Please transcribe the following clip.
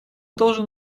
должен